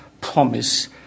promise